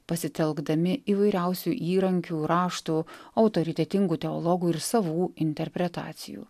pasitelkdami įvairiausių įrankių raštų autoritetingų teologų ir savų interpretacijų